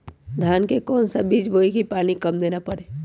धान का कौन सा बीज बोय की पानी कम देना परे?